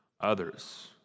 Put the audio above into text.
others